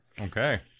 Okay